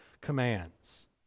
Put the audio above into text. commands